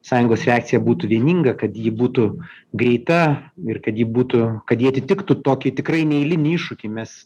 sąjungos reakcija būtų vieninga kad ji būtų greita ir kad ji būtų atitiktų tokį tikrai neeilinį iššūkį mes